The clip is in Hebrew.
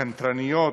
קנטרניות,